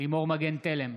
לימור מגן תלם,